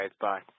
Bye